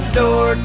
door